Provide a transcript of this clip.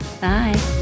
Bye